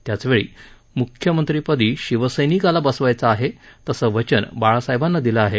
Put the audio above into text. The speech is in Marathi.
त्याचवेळी म्ख्यमंत्रीपदी शिवसैनिकाला बसवायचं आहे तसं वचन बाळासाहेबांना दिलं आहे